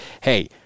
hey